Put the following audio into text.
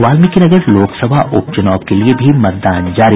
वाल्मीकिनगर लोकसभा उप चूनाव के लिये भी मतदान जारी